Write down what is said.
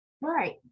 Right